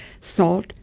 Salt